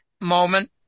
moment